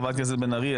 חברת הכנסת בן ארי,